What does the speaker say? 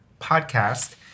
podcast